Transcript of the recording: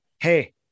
Hey